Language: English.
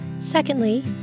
Secondly